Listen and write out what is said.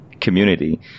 community